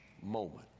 moment